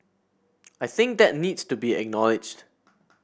I think that needs to be acknowledged